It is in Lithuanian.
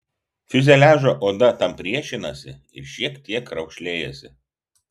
fiuzeliažo oda tam priešinasi ir šiek tiek raukšlėjasi